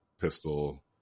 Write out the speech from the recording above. pistol